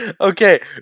Okay